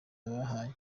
yabahaye